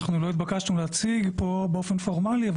אנחנו לא התבקשנו להציג פה באופן פורמלי אבל